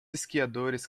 esquiadores